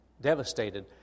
devastated